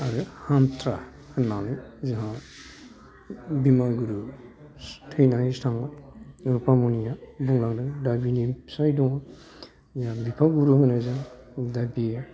आरो हामथारा होननानै जोंहा बिमा गुरु थैनानैसो थांबाय रुफामनिया बुंलांदों दा बिनि फिसाइ दङ बिफा गुरु होनो जों दा बियो